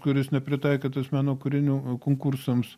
kuris nepritaikytas meno kūrinių konkursams